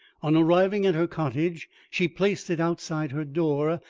on arriving at her cottage she placed it outside her door,